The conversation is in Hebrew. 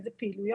איזה פעילויות.